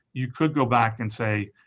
you could go back and say